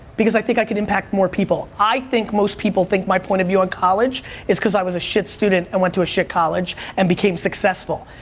because i think i could impact more people. i think most people think my point on view on college is because i was a shit student and went to a shit college and became successful.